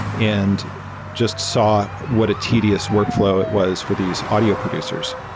and just saw what a tedious workflow it was for these audio producers.